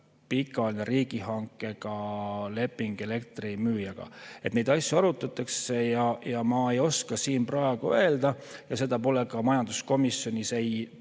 pikaajaline riigihankega leping elektrimüüjaga. Neid asju arutatakse. Aga ma ei oska siin praegu öelda, kuna seda pole majanduskomisjonis ei